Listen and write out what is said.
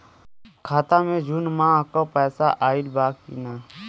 खाता मे जून माह क पैसा आईल बा की ना?